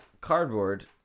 cardboard